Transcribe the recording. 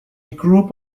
group